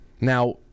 Now